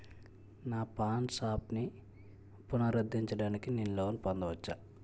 నా పాన్ షాప్ని పునరుద్ధరించడానికి నేను లోన్ పొందవచ్చా?